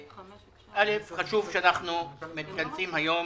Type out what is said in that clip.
א' חשוב שאנחנו מתכנסים היום